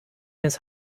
his